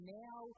now